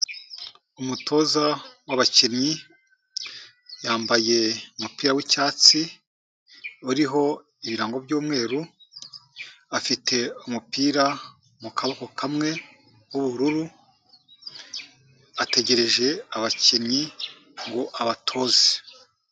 Umutoza w'abakinnyi, yambaye umupira w'icyatsi, uriho ibirango by'umweru, afite umupira mu kaboko kamwe w'ubururu, ategereje abakinnyi ngo abatoze.